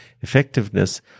effectiveness